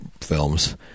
films